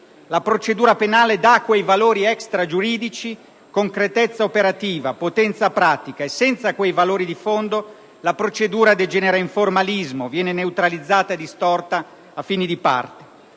La procedura penale dà a quei valori extragiuridici concretezza operativa e potenza pratica e, senza quei valori di fondo, la procedura degenera in formalismo, viene neutralizzata e distorta a fini di parte.